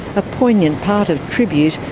a poignant part of tribute,